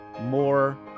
more